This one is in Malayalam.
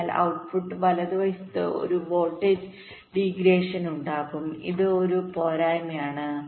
അതിനാൽ ഔട്ട്പുട്ട് വലതുവശത്ത് ഒരു വോൾട്ടേജ് ഡീഗ്രേഷൻഉണ്ടാകും ഇത് ഒരു പോരായ്മയാണ്